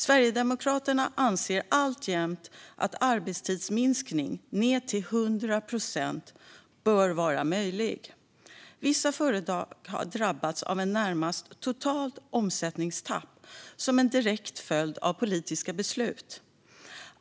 Sverigedemokraterna anser alltjämt att arbetstidsminskning upp till 100 procent bör vara möjlig. Vissa företag har drabbats av ett närmast totalt omsättningstapp som en direkt följd av politiska beslut.